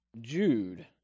Jude